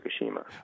Fukushima